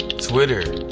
twitter,